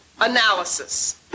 analysis